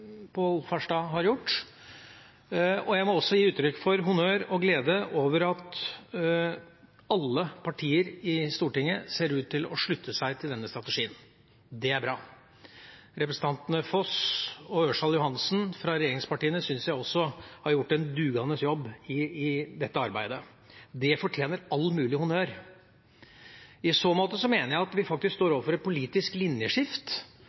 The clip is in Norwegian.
Pål Farstad har gjort. Jeg må også gi honnør til og uttrykke glede overfor alle partier i Stortinget, som ser ut til å slutte seg til denne strategien. Det er bra. Representantene Foss og Ørsal Johansen fra regjeringspartiene syns jeg også har gjort en dugende jobb i dette arbeidet. Det fortjener all mulig honnør. I så måte mener jeg at vi faktisk står overfor et politisk